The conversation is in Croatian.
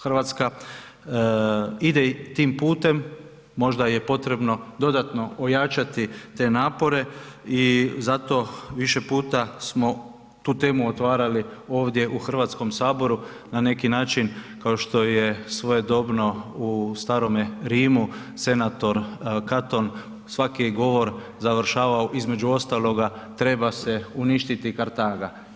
Hrvatska ide tim putem, možda je potrebno dodatno ojačati te napore i zato više puta smo tu temu otvarali ovdje u Hrvatskom saboru na neki način kao što je svojedobno u starome Rimu senator Katon svaki je govor završavao između ostaloga treba se uništiti Kartaga.